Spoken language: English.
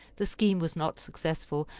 the scheme was not successful,